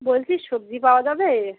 বলছি সবজি পাওয়া যাবে